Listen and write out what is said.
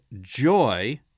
joy